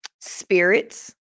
spirits